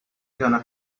gonna